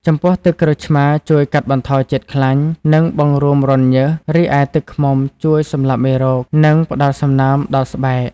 ចំពោះ ទឹកក្រូចឆ្មារជួយកាត់បន្ថយជាតិខ្លាញ់ និងបង្រួមរន្ធញើស រីឯទឹកឃ្មុំជួយសម្លាប់មេរោគ និងផ្ដល់សំណើមដល់ស្បែក។